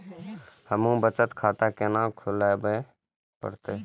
हमू बचत खाता केना खुलाबे परतें?